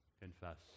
confess